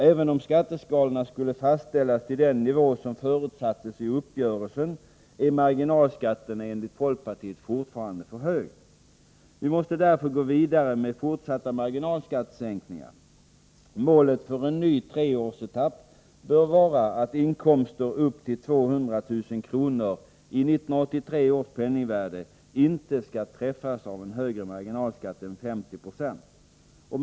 Även om skatteskalorna skulle fastställas till den nivå som förutsattes i uppgörelsen, är marginalskatten enligt folkpartiets mening fortfarande för hög. Vi måste därför gå vidare med fortsatta marginalskattesänkningar. Målet för en ny treårsetapp bör vara att inkomster upp till 200 000 kr. i 1983 års penningvärde inte skall träffas av högre marginalskatt än 5026.